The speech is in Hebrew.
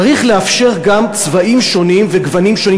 צריך לאפשר גם צבעים שונים וגוונים שונים,